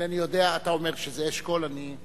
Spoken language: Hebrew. אינני יודע, אתה אומר שזה אשכול, אני,